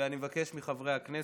ואני מבקש מחברי הכנסת,